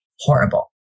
Horrible